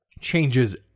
changes